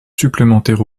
supplémentaire